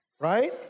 right